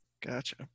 Gotcha